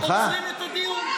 עוצרים את הדיון.